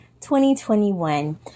2021